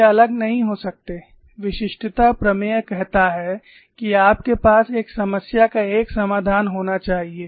वे अलग नहीं हो सकते विशिष्टता प्रमेय कहता है कि आपके पास एक समस्या का एक समाधान होना चाहिए